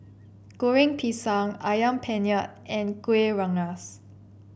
Goreng Pisang ayam Penyet and Kueh Rengas